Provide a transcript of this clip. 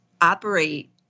operate